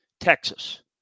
Texas